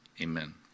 Amen